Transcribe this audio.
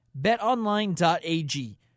BetOnline.ag